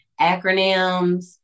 acronyms